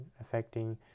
affecting